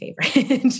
favorite